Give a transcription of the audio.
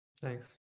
Thanks